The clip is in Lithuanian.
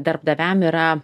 darbdaviam yra